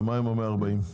ומה עם ה-140 מיליון?